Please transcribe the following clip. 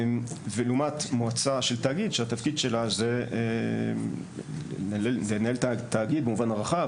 לעומת מועצה של תאגיד שהתפקיד שלה זה לנהל תאגיד במובן הרחב,